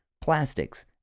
plastics